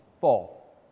fall